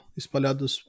espalhados